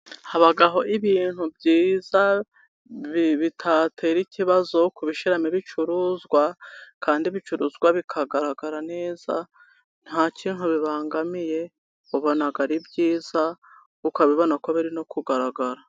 Habaho ibintu byiza bitatera ikibazo ku bishyiramo ibicuruzwa, kandi bicuruzwa bikagaragara neza nta kintu bibangamiye, ubona ari byiza ukabibona ko biri no kugaragara.